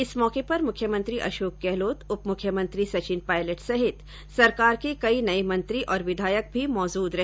इस मौके पर मुख्यमंत्री अशोक गहलोत उप मुख्यमंत्री सचिन पायलट सहित सरकार के कई नये मंत्री और विधायक भी मौजूद रहे